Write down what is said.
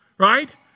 Right